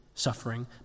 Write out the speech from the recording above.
suffering